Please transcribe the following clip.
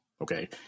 okay